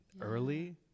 early